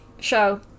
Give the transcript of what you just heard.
show